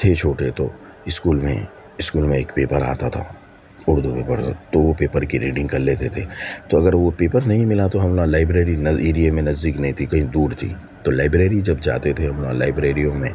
تھے چھوٹے تو اسکول میں اسکول میں ایک پیپر آتا تھا اردو میں پڑھتے تو وہ پیپر کی ریڈنگ کر لیتے تھے تو اگر وہ پیپر نہیں ملا تو ہم نا لائربری نا ایریے میں نزدیکی میں تھی کہیں دور تھی تو لائبریری جب جاتے تھے ہم وہاں لائبریریوں میں